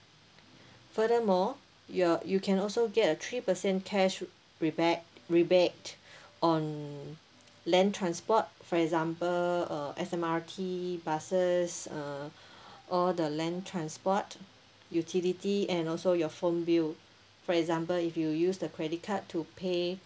furthermore you're you can also get a three percent cash rebate rebate on land transport for example uh S_M_R_T buses uh or the land transport utility and also your phone bill for example if you use the credit card to pay